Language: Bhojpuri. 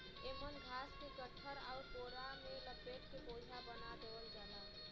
एमन घास के गट्ठर आउर पोरा में लपेट के बोझा बना देवल जाला